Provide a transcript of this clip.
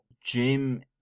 Jim